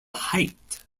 height